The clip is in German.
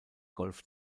golf